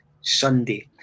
Sunday